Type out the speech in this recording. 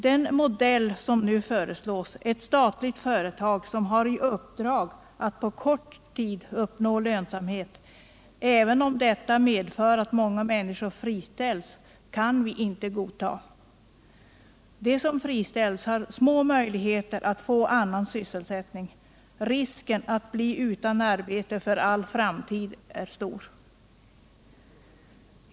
Den modell som nu föreslås — ett statligt företag som har i uppdrag att på kort tid uppnå lönsamhet, även om detta medför att många människor friställs — kan vi inte godta. De som friställs har små möjligheter att få annan sysselsättning. Risken att bli utan arbete för all framtid är stor.